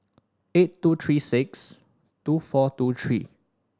eight two three six two four two three